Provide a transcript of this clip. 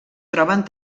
troben